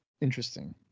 Interesting